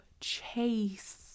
chase